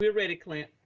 we're ready clint.